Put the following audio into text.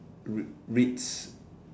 R_E_I_T_S